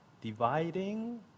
dividing